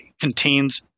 contains